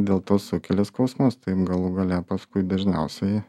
dėl to sukelia skausmus tai galų gale paskui dažniausiai